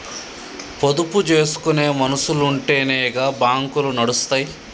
పొదుపు జేసుకునే మనుసులుంటెనే గా బాంకులు నడుస్తయ్